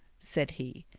said he.